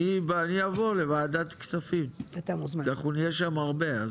אני אבוא לוועדת כספים, אנחנו נהיה שם הרבה.